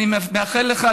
אני מאחל לך,